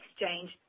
exchange